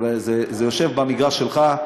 זה יושב במגרש שלך.